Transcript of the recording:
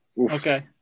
Okay